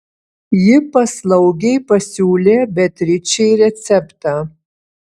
ji paslaugiai pasiūlė beatričei receptą